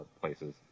places